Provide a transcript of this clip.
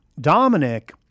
Dominic